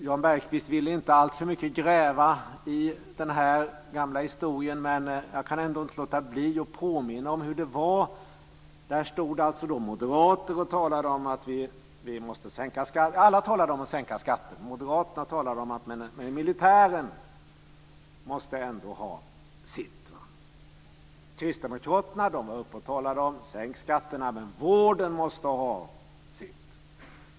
Jan Bergqvist vill inte gräva alltför mycket i den här gamla historien, men jag kan ändå inte låta bli att påminna om hur det var. Alla talade om att sänka skatten, men Moderaterna talade om att militären ändå måste ha sitt. Kristdemokraterna talade om att sänka skatten, men vården måste ha sitt.